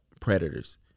predators